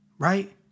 Right